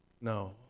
No